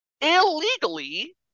illegally